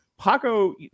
Paco